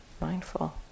mindful